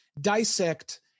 dissect